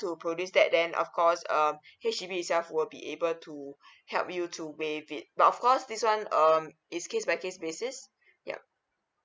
to produce that then of course um H_D_B itself will be able to help you to waive it but of cause this one um is case by case basis yup